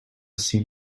seem